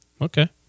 Okay